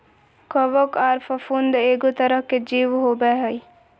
कवक आर फफूंद एगो तरह के जीव होबय हइ